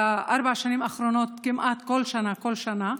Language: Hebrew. בארבע השנים האחרונות כמעט כל שנה, כל שנה.